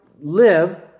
live